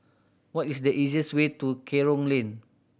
what is the easiest way to Kerong Lane